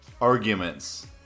arguments